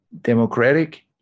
democratic